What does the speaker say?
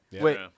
Wait